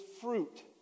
fruit